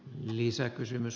herra puhemies